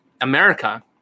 America